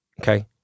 Okay